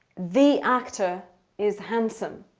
the actor is handsome.